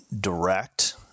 direct